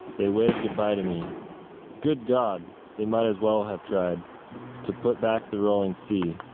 they wave goodbye to me good god they might as well have tried to put back the rolling sea,